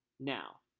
now,